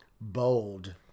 Bold